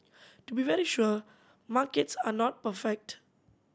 to be very sure markets are not perfect